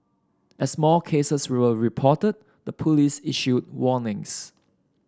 as more cases were reported the police issued warnings